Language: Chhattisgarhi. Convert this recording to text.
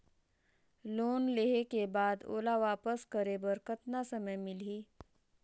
लोन लेहे के बाद ओला वापस करे बर कतना समय मिलही?